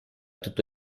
tutto